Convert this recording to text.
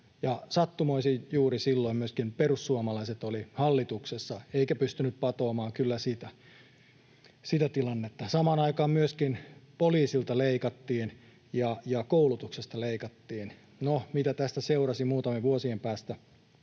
Sattumoisin juuri silloin myöskin perussuomalaiset olivat hallituksessa eivätkä kyllä pystyneet patoamaan sitä tilannetta. Samaan aikaan myöskin poliisilta leikattiin ja koulutuksesta leikattiin. No, se, mitä tästä seurasi muutamien vuosien päästä,